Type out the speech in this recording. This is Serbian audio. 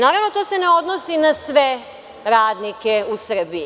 Naravno, to se ne odnosi na sve radnike u Srbiji.